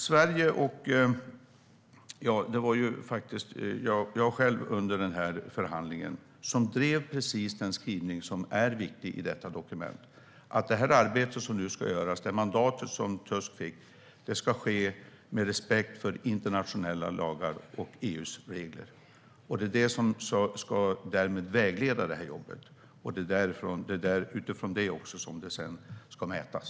Sverige - det var ju faktiskt jag själv som var med under förhandlingen - drev precis den skrivning som är viktig i detta dokument, nämligen att det arbete som ska göras enligt det mandat som Tusk fick ska ske med respekt för internationella lagar och EU:s regelverk. Detta ska vägleda jobbet, och det är utifrån detta som det sedan ska mätas.